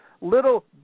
little